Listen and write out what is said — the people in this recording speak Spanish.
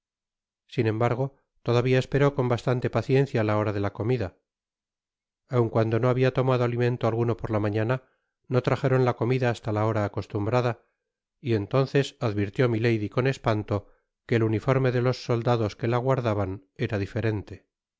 sin embargo todavia esperó con bastante paciencia la hora de la comida aun cuando no habia tomado alimento alguno por la mañana no trajeron la comida hasta la hora acostumbrada y entonces advirtió milady con espanto que el uniforme de los soldados que la guardaban era diferente